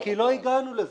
כי לא הגענו לזה.